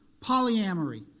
polyamory